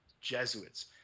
Jesuits